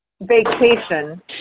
Vacation